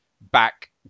back